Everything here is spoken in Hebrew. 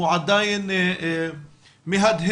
הוא עדיין מהדהד